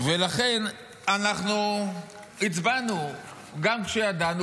ולכן אנחנו הצבענו גם כשידענו,